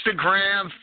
Instagram